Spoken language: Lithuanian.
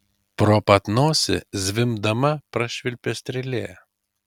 pro pat nosį zvimbdama prašvilpė strėlė